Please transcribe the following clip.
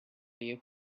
you